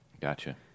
Gotcha